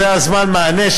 זה זמן המענה,